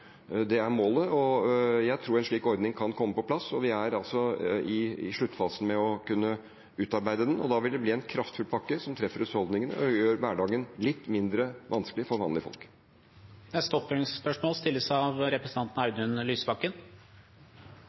Det er målet, og jeg tror en slik ordning kan komme på plass. Vi er altså i sluttfasen med å kunne utarbeide den, og da vil det være en kraftfull pakke som treffer husholdningene og gjør hverdagen litt mindre vanskelig for vanlige folk. Audun Lysbakken – til oppfølgingsspørsmål.